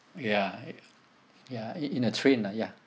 ya y~ ya in in a train ah ya